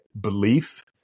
belief